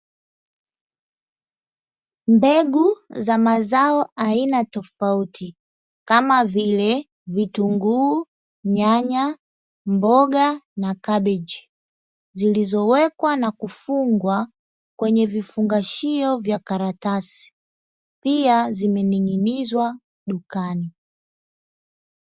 Mbegu za mazao aina tofauti kama vile; vitunguu, nyanya, mboga na kabichi zilizowekwa na kufungwa kwenye vifungashio vya karatasi pia zimening'inizwaa dukani.